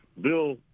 bill